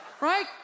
right